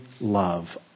love